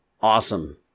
awesome